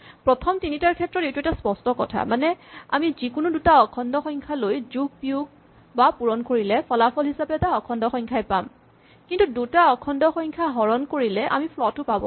প্ৰথম তিনিটাৰ ক্ষেত্ৰত এইটো এটা স্পষ্ট কথা মানে আমি যিকোনো দুটা অখণ্ড সংখ্যা লৈ যোগ বিয়োগ বা পূৰণ কৰিলে ফলাফল হিচাপে এটা অখণ্ড সংখ্যা পাম কিন্তু দুটা অখণ্ড সংখ্যা হৰণ কৰিলে আমি ফ্লট ও পাব পাৰো